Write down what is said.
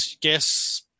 guess